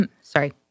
Sorry